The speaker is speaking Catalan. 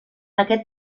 aquest